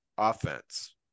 Offense